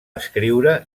escriure